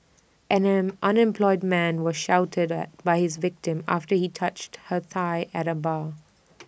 an him unemployed man was shouted at by his victim after he touched her thigh at A bar